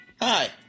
Hi